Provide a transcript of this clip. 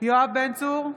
יואב בן צור,